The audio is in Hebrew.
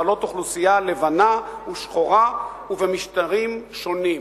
בעלות אוכלוסייה לבנה ושחורה ובמשטרים שונים".